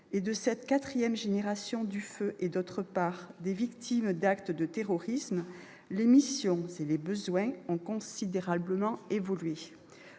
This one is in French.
et de la quatrième génération du feu et, d'autre part, des victimes d'actes de terrorisme, les missions et les besoins ont considérablement évolué.